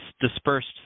dispersed